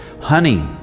honey